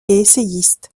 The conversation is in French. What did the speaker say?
essayiste